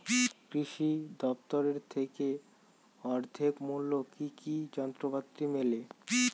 কৃষি দফতর থেকে অর্ধেক মূল্য কি কি যন্ত্রপাতি মেলে?